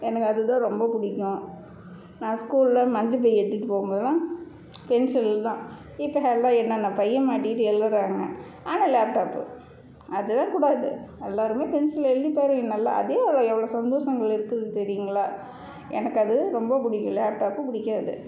எனக்கு அதுதான் ரொம்ப பிடிக்கும் நான் ஸ்கூலில் மஞ்சப்பை எடுத்துட்டு போகும்போதெல்லாம் பென்சில் தான் இப்போ எல்லாம் என்னென்ன பையை மாட்டிக்கிட்டு எழுதுறாங்க ஆனால் லேப்டாப்பு அதுதான் கூடாது எல்லோருமே பென்சிலில் எழுதிப்பாருங்க நல்லா அதே அவ்வளோ எவ்வளோ சந்தோசங்கள் இருக்குது தெரியும்ங்களா எனக்கு அது ரொம்ப பிடிக்கும் லேப்டாப்பு பிடிக்காது